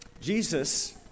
Jesus